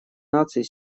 наций